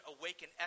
awaken